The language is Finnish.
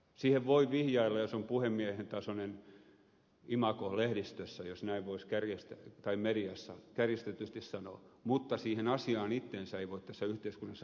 siihen voi vihjailla jos on puhemiehen tasoinen imago lehdistössä jos näin voisi kärjistää tai mediassa kärjistetysti sanoen mutta siihen asiaan itseensä ei voi tässä yhteiskunnassa porautua